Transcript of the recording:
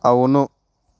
అవును